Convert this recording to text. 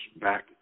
back